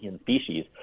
species